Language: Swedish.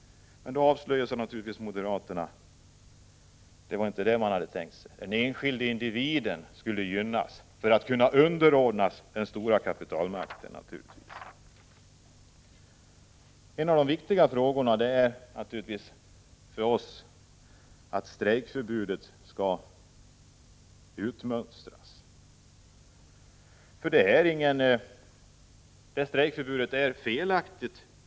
Men då avslöjar sig — 20 november 1985 moderaterna och säger att de inte var det man hade tänkt sig. Den enskilde individen skulle gynnas enbart för att kunna underordnas den stora kapitalmakten. frågor på En viktig fråga för oss är att strejkförbudet skall utmönstras. Strejkförbudet är felaktigt.